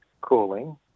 cooling